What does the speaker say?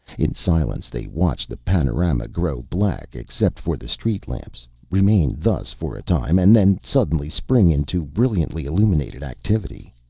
in silence they watched the panorama grow black except for the street-lamps, remain thus for a time, and then suddenly spring into brilliantly illuminated activity.